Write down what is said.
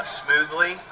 smoothly